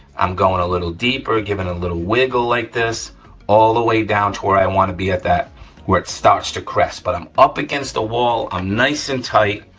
i'm going a little deeper, giving a little wiggle like this all the way down to where i want to be at that where it starts to crest, but i'm up against the wall, i'm ah nice and tight,